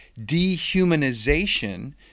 dehumanization